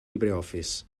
libreoffice